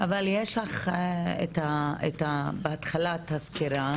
אבל יש לך בהתחלה את הסקירה,